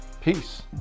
Peace